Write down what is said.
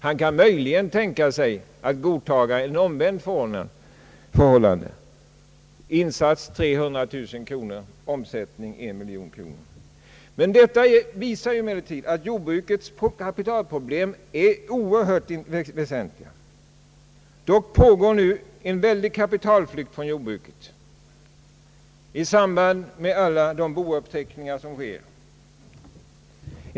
Han skulle möjligen kunna tänka sig att godtaga ett omvänt förhållande — insats 300 000 kronor och omsättning en miljon kronor. Detta visar emellertid att jordbrukets kapitalproblem är oerhört väsentliga. En stor kapitalflykt pågår emellertid nu från jordbruket i samband med alla de bouppteckningar som sker.